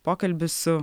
pokalbį su